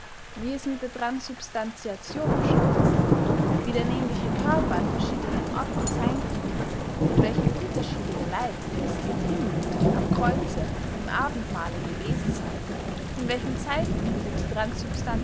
wie es mit der transsubstantiation beschaffen sey wie der nämliche körper an verschiedenen orten seyn könne mit welchem unterschiede der leib christi im himmel am kreuze im abendmahle gewesen sey in welchem zeitpunkte die